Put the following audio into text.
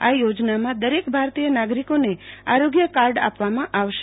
આ યોજનામાં દરેક ભારતીય નાગરીકોને આરોગ્ય કાર્ડ આપવામાં આવશે